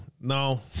no